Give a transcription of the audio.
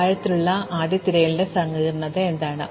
അതിനാൽ ആഴത്തിലുള്ള ആദ്യ തിരയലിന്റെ സങ്കീർണ്ണത എന്താണ്